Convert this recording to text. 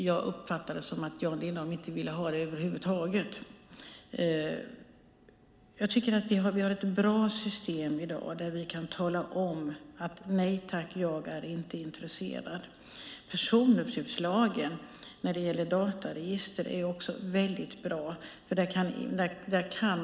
Jag uppfattade det som att Jan Lindholm inte vill ha det över huvud taget. Vi har i dag ett bra system där vi kan tala om att vi inte är intresserade. Personuppgiftslagen när det gäller dataregister är också väldigt bra.